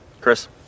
chris